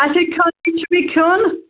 اچھا کھیٚون کیٛاہ چھُ مےٚ کھیٚون